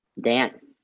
dance